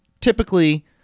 typically